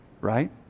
right